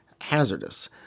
hazardous